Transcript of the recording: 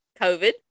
covid